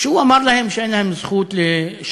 כשהוא אמר להם שאין להם זכות לשאול